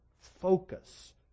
focus